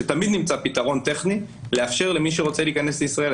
שתמיד נמצא פתרון טכני לאפשר למי שרוצה להיכנס לישראל.